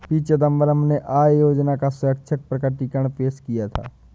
P Chidambaram ने आय योजना का स्वैच्छिक प्रकटीकरण पेश किया था